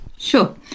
Sure